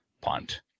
punt